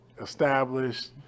established